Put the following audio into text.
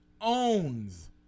owns